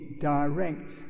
direct